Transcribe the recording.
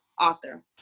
author